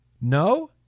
No